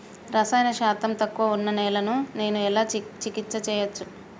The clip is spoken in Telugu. రసాయన శాతం తక్కువ ఉన్న నేలను నేను ఎలా చికిత్స చేయచ్చు?